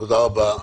תודה רבה.